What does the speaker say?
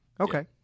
Okay